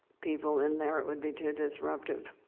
people in there it would be too disruptive.